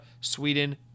Sweden